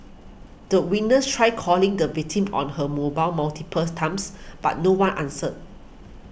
the witness tried calling the victim on her mobile multiple times but no one answered